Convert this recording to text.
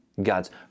God's